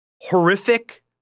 horrific